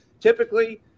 Typically